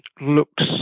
looks